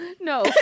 No